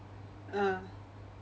ah